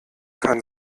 kann